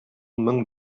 мең